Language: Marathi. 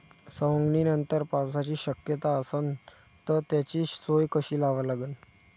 सवंगनीनंतर पावसाची शक्यता असन त त्याची सोय कशी लावा लागन?